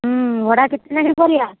ଭଡ଼ା କେତେ ଲେଖାଁ କରିବା